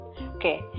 okay